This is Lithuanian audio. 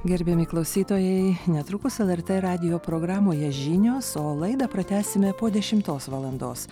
gerbiami klausytojai netrukus lrt radijo programoje žinios o laidą pratęsime po dešimtos valandos